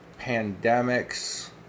pandemics